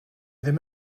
ddim